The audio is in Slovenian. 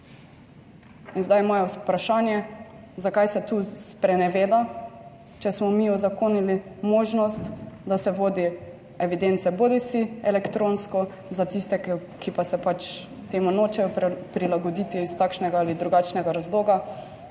in zdaj imajo vprašanje, zakaj se tu spreneveda, če smo mi uzakonili možnost, da se vodi evidence bodisi elektronsko za tiste, ki pa se pač temu nočejo prilagoditi iz takšnega ali druIgačnega razloga